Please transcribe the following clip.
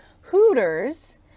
Hooters